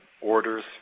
orders